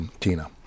Tina